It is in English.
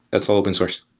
that's all open source.